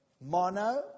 mono